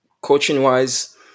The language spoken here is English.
Coaching-wise